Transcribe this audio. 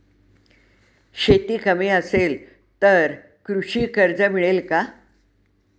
शेती कमी असेल तर कृषी कर्ज मिळेल का?